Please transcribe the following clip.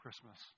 Christmas